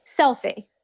selfie